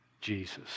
Jesus